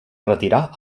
retirar